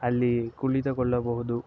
ಅಲ್ಲಿ ಕುಳಿತುಕೊಳ್ಳಬಹುದು